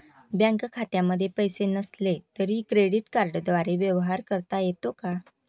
Bank खात्यामध्ये पैसे नसले तरी क्रेडिट कार्डद्वारे व्यवहार करता येतो का?